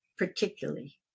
Particularly